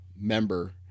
Member